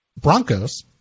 Broncos